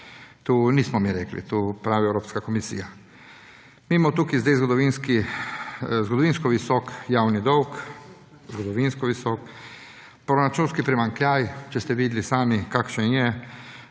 to nismo mi rekli, to pravi Evropska komisija. Mi imamo tukaj zgodovinsko visok javni dolg, zgodovinsko visok. Proračunski primanjkljaj, če ste videli sami, kakšen je,